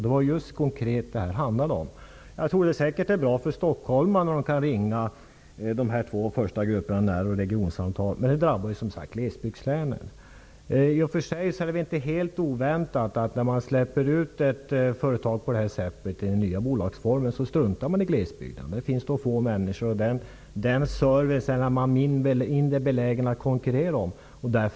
Det är detta som det konkret handlar om. Det är säkerligen bra för stockholmarna att kunna ringa när och regionsamtal, men glesbygdslänen drabbas. Det är i och för sig inte helt oväntat att man när man på detta sätt startar ett nytt bolag struntar i glesbygden. Där finns så få människor, och man är mindre benägen att konkurrera om servicen där.